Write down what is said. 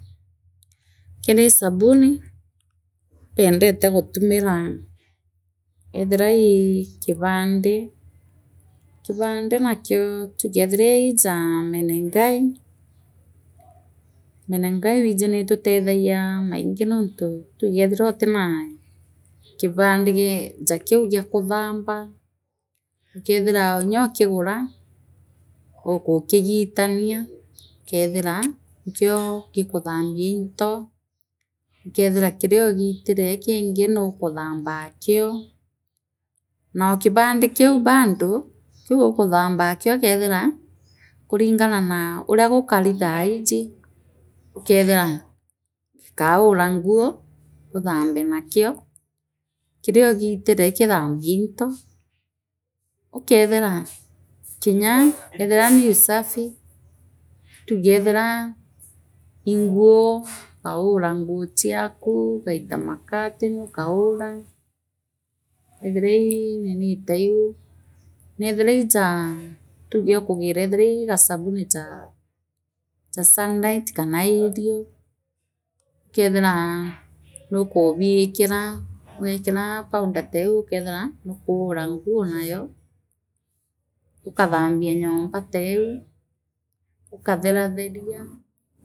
Kiri sabuni impendito gutumira eethiraii kibanda kibanda nakio kethira iikaa menengai wiiji niitutethagia mainji nontu tugeethirwa uitiraa kibandi ii ja kiu gia katiamba ukethira nyookigura ingikigitania ukeethira nyookigura ingikigitania ukeethira ikio gikuthambia into likithire kiriogiitire kingi nulikutamu akio naokibandi kiu bado kiu ukathamba akio ukethira uria gukani thaiiji ureethire gikaure ngui uthambe makio kinogitire kithambio into ukeethire gikaure ngui uthambe nakio kinogitire kithambo into ukeethire kiinya ethirwa ni usafi tugeethira ii nguli likalina nguu chiaku ugaite macurtain ukaure ethiraa ii nunii ta iu eethira ijaa tuge ukugira ethira ii gesabuni ja ja sunlight kana aerial likeethira nukubiikira weekira powder teu ukeethira nukuuraa nguo nayo ukathambia nyumba teu ukathetatheria.